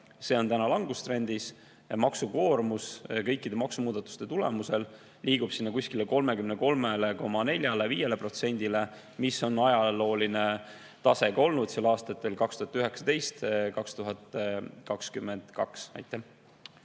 see on täna langustrendis. Maksukoormus kõikide maksumuudatuste tulemusel liigub sinna kuskile 33,4% või 33,5% juurde. See on ajalooline tase, on olnud seal ka aastatel 2019 ja 2022. Aitäh!